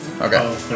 okay